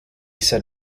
said